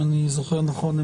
אם אני זוכר נכון,